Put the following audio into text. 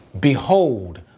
behold